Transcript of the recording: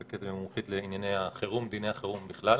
מומחית לענייני החירום ולדיני החירום בכלל.